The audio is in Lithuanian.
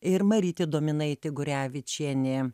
ir marytė dominaitė gurevičienė